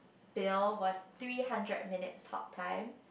bill was three hundred minutes talk time